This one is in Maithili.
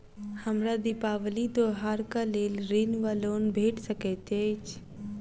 हमरा दिपावली त्योहारक लेल ऋण वा लोन भेट सकैत अछि?